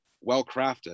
well-crafted